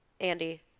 Andy